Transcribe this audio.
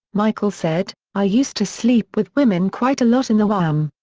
michael said i used to sleep with women quite a lot in the wham!